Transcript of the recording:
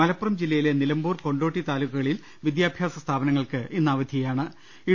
മലപ്പുറം ജില്ലയിലെ നിലമ്പൂർ കൊണ്ടോട്ടി താലൂക്കുകളിൽ വിദ്യാഭ്യാസ സ്ഥാപനങ്ങൾക്ക് ഇന്ന് അവധി നൽകി